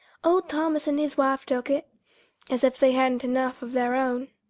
old thomas and his wife took it as if they hadn't enough of their own.